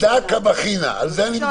על דא קא בכינא, על זה אני מדבר.